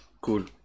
cool